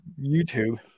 YouTube